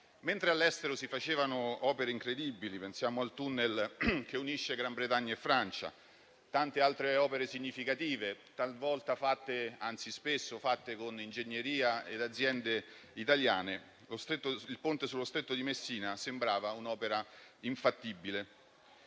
Mentre all'estero si realizzavano opere incredibili, quali il *tunnel* che unisce Gran Bretagna e Francia e tante altre opere significative, spesso realizzate con ingegneria e aziende italiane, il Ponte sullo Stretto di Messina sembrava un'opera infattibile.